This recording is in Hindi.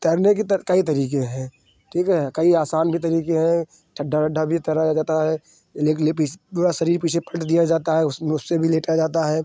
तैरने के तर कई तरीके हैं ठीक हैं कई आसान भी तरीके हैं डरडा भी तैराया जाता है इन्ही के लिए पीस पूरा शरीर पीछे पलट दिया जाता है उस उससे भी लेटा जाता है